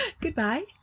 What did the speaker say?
Goodbye